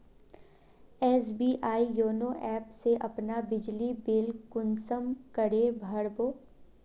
SBI YONO app से अपना बिजली बिल कुंसम करे भर बो?